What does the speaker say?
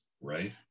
right